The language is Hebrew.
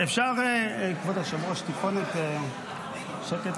אפשר טיפונת שקט,